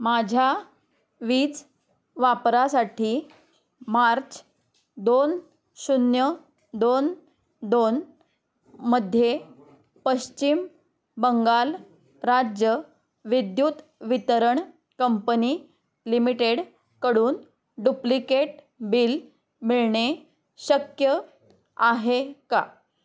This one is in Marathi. माझ्या वीज वापरासाठी मार्च दोन शून्य दोन दोनमध्ये पश्चिम बंगाल राज्य विद्युत वितरण कंपनी लिमिटेडकडून डुप्लिकेट बिल मिळणे शक्य आहे का